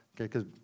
okay